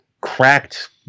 cracked